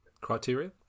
Criteria